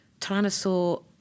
Tyrannosaur